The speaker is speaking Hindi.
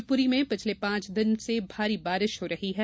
शिवपुरी में पिछले पांच दिन से भारी बारिश हो रही है